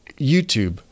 YouTube